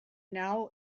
now